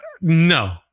no